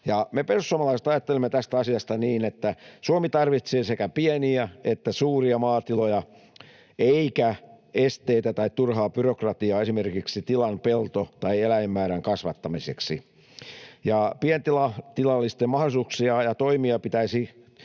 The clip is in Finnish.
Me perussuomalaiset ajattelemme tästä asiasta niin, että Suomi tarvitsee sekä pieniä että suuria maatiloja eikä esteitä tai turhaa byrokratiaa esimerkiksi tilan pelto- tai eläinmäärän kasvattamiseen. Pientilallisten mahdollisuuksia toimia pitäisi